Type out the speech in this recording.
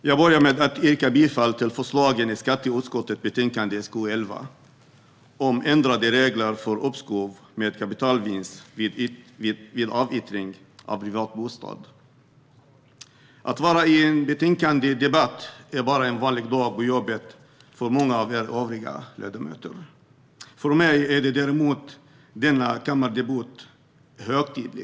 Herr talman! Jag börjar med att yrka bifall till förslagen i skatteutskottets betänkande SkU11 om ändrade regler för uppskov med kapitalvinst vid avyttring av privatbostad. Att delta i en betänkandedebatt är bara en vanlig dag på jobbet för många av er övriga ledamöter. För mig är däremot denna kammardebut högtidlig.